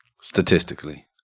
Statistically